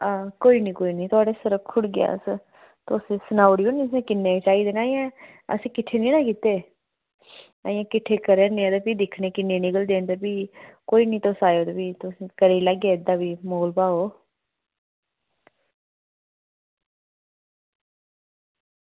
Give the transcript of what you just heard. हां कोई नी कोई नी थुआढ़े आस्तै रक्खी ओड़गे अस तुस सनाई ओड़ेओ नी तुसेंगी किन्ने चाहिदे न अस किट्ठे नि ना कीते अजें किट्ठे करै ने आं ते फ्ही दिक्खने किन्ने निकलदे ते फ्ही कोई नि तुस आएओ ते फ्ही तुस करी लैगे अग्गै मोल भाव